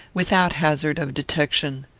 without hazard of detection.